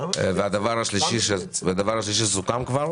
והדבר השלישי שסוכם כבר